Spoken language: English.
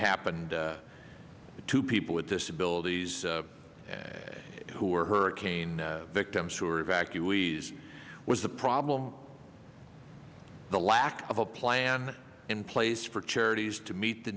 happened to people with disabilities and who are hurricane victims who are evacuees was the problem the lack of a plan in place for charities to meet the